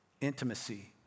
Intimacy